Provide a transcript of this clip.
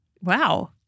Wow